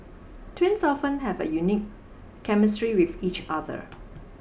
twins often have a unique chemistry with each other